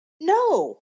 No